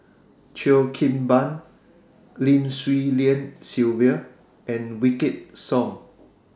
Cheo Kim Ban Lim Swee Lian Sylvia and Wykidd Song